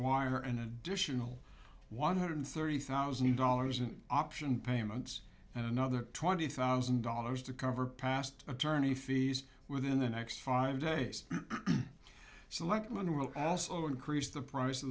wire an additional one hundred thirty thousand dollars an option payments and another twenty thousand dollars to cover past attorney fees within the next five days selectman will also increase the price of